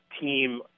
team